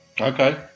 Okay